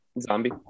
Zombie